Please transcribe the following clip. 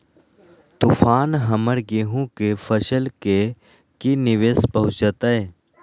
तूफान हमर गेंहू के फसल के की निवेस पहुचैताय?